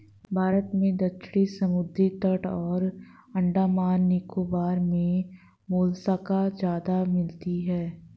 भारत में दक्षिणी समुद्री तट और अंडमान निकोबार मे मोलस्का ज्यादा मिलती है